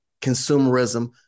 consumerism